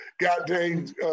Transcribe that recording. goddamn